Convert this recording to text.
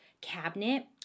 cabinet